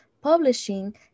publishing